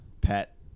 pet